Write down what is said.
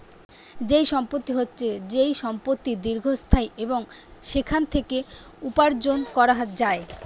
যেই সম্পত্তি হচ্ছে যেই সম্পত্তি দীর্ঘস্থায়ী এবং সেখান থেকে উপার্জন করা যায়